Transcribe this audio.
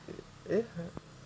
eh